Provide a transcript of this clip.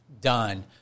done